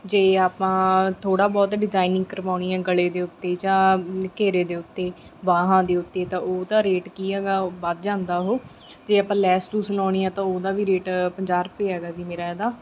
ਜੇ ਆਪਾਂ ਥੋੜ੍ਹਾ ਬਹੁਤ ਡਿਜਾਇਨਿੰਗ ਕਰਵਾਉਣੀ ਆ ਗਲੇ ਦੇ ਉੱਤੇ ਜਾਂ ਘੇਰੇ ਦੇ ਉੱਤੇ ਬਾਹਾਂ ਦੇ ਉੱਤੇ ਤਾਂ ਉਹਦਾ ਰੇਟ ਕੀ ਹੈਗਾ ਵੱਧ ਜਾਂਦਾ ਉਹ ਅਤੇ ਆਪਾਂ ਲੈਸ ਲੂਸ ਲਾਉਣੀ ਆ ਤਾਂ ਉਹਦਾ ਵੀ ਰੇਟ ਪੰਜਾਹ ਰੁਪਏ ਹੈਗਾ ਜੀ ਮੇਰਾ ਇਹਦਾ